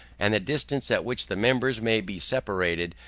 and the distance at which the members may be separated,